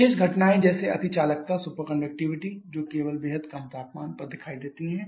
विशेष घटनाएँ जैसे अतिचालकता जो केवल बेहद कम तापमान पर दिखाई देती है